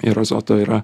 ir azoto yra